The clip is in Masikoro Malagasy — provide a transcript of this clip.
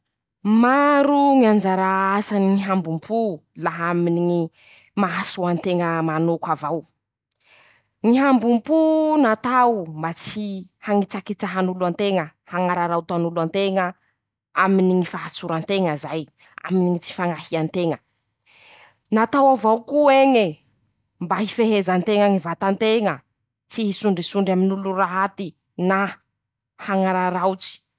Maro ñy anjara asany ñy hambompó laha aminy ñy maha soa anteña manoka avao: -ñy hambompo natao mba tsy hañitsakitsahan'olo anteña, hañararaotan'olo anteña aminy ñy fahatsora nteña zay, aminy ñy tsy fañahia nteña. -Natao avao ko'eñy, mba hifehezanteña any ñy vata nteña tsy hisondrisondry amin'olo raty na hañararaotsy.